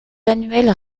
annuels